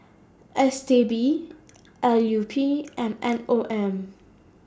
S T B L U P and M O M